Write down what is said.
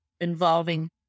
involving